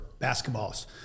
basketballs